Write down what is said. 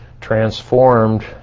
transformed